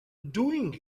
doing